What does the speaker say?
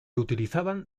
utilizaban